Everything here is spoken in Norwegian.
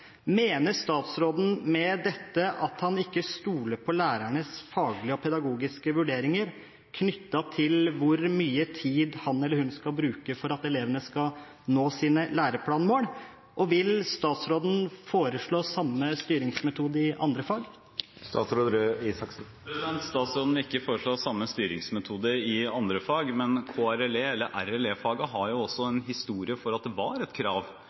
Mener statsråden med dette at han ikke stoler på lærernes faglige og pedagogiske vurderinger knyttet til hvor mye tid han eller hun skal bruke for at elevene skal nå sine læreplanmål? Og vil statsråden foreslå samme styringsmetode i andre fag? Statsråden vil ikke foreslå samme styringsmetode i andre fag, men RLE-faget har jo også en historie for at det var et krav